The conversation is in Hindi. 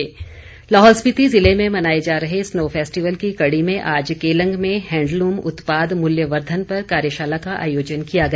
हस्तशिल्प लाहौल स्पिति जिले में मनाए जा रहे स्नो फैस्टिवल की कड़ी में आज केलंग में हैंडलूम उत्पाद मूल्यवर्धन पर कार्यशाला का आयोजन किया गया